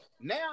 Now